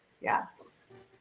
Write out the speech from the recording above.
Yes